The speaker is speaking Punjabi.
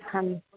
ਹਾਂ